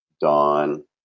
dawn